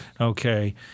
Okay